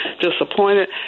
disappointed